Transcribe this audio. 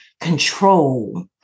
control